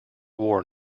war